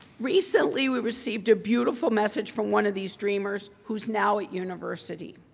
recently we received a beautiful message from one of these dreamers who's now at university.